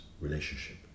relationship